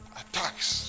attacks